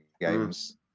games